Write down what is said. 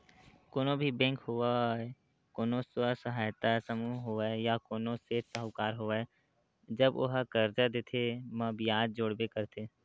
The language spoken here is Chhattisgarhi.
कोनो भी बेंक होवय कोनो स्व सहायता समूह होवय या कोनो सेठ साहूकार होवय जब ओहा करजा देथे म बियाज जोड़बे करथे